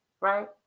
right